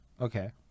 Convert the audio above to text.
okay